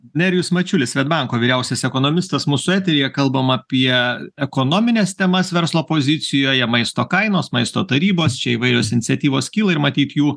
nerijus mačiulis svedbanko vyriausias ekonomistas mūsų eteryje kalbam apie ekonomines temas verslo pozicijoje maisto kainos maisto tarybos čia įvairios iniciatyvos kyla ir matyt jų